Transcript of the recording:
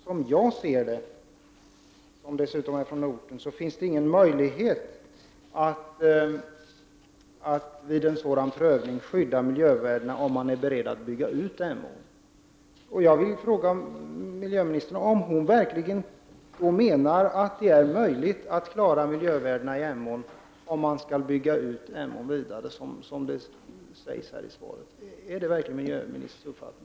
Som jag ser det — och jag är ju från orten — finns det, om man är beredd att bygga ut Emån, ingen möjlighet att skydda miljövärdena vid en sådan prövning. Jag vill fråga miljöministern om hon verkligen menar att det är möjligt att skydda miljövärdena i Emån om Emån skall byggas ut, vilket sägs i svaret. Är det verkligen miljöministerns uppfattning?